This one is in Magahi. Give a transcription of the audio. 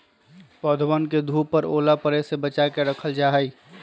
पौधवन के धूप और ओले पड़े से बचा के रखल जाहई